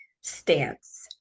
stance